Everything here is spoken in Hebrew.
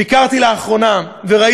ביקרתי לאחרונה בקברי